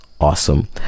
awesome